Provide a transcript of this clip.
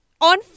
On